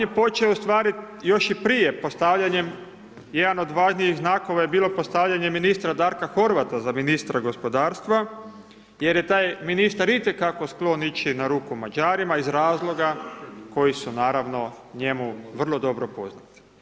On je počeo ustvari još i prije postavljanjem, jedan od važnijih znakova je bilo postavljanje ministra Darka Horvata za ministra gospodarstva jer je taj ministar itekako sklon ići na ruku Mađarima iz razloga koji su, naravno, njemu vrlo dobro poznati.